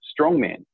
strongman